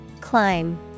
Climb